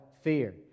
fear